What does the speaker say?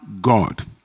God